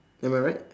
am I right